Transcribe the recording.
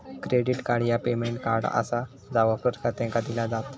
credit card ह्या payment card आसा जा वापरकर्त्यांका दिला जात